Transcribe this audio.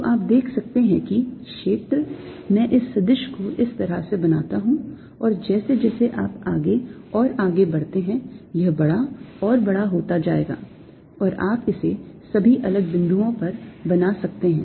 तो आप देख सकते हैं कि क्षेत्र मैं इस सदिश को इस तरह से बनाता हूं और जैसे जैसे आप आगे और आगे बढ़ते हैं यह बड़ा और बड़ा होता जाएगा और आप इसे सभी अलग बिंदुओं पर बना सकते हैं